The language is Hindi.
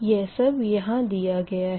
यह सब यहाँ दिया गया है